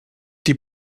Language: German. die